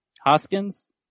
Hoskins